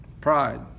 Pride